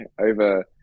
over